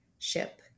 ship